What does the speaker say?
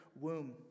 womb